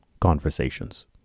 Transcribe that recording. conversations